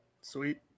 sweet